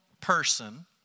person